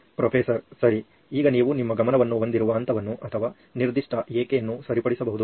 professor ಸರಿ ಈಗ ನೀವು ನಿಮ್ಮ ಗಮನವನ್ನು ಹೊಂದಿರುವ ಹಂತವನ್ನು ಅಥವಾ ನಿರ್ದಿಷ್ಟ "ಏಕೆ" ಅನ್ನು ಸರಿಪಡಿಸಬಹುದು